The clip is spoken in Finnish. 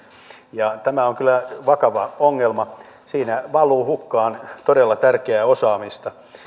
ja tämä on kyllä vakava ongelma siinä valuu hukkaan todella tärkeää osaamista